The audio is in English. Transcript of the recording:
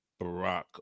Barack